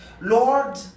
Lord